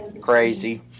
crazy